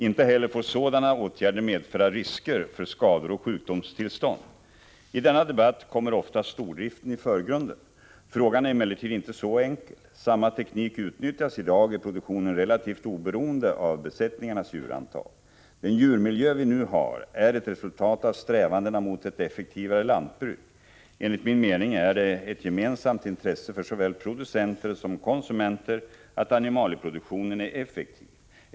Inte heller får sådana åtgärder medföra risker för skador och sjukdomstillstånd. I denna debatt kommer ofta stordriften i förgrunden. Frågan är emellertid inte så enkel. Samma teknik utnyttjas i dag i produktionen relativt oberoende av besättningarnas djurantal. Den djurmiljö vi nu har är ett resultat av strävandena mot ett effektivare lantbruk. Enligt min mening är det ett gemensamt intresse för såväl producenter som konsumenter att animalieproduktionen är effektiv.